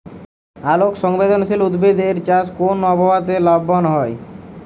আলোক সংবেদশীল উদ্ভিদ এর চাষ কোন আবহাওয়াতে লাভবান হয়?